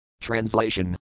Translation